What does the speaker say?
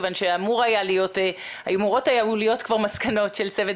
כיון שאמורות היו להיות כבר מסקנות של צוות